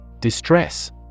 Distress